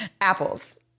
apples